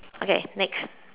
okay next